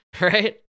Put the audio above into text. Right